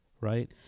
right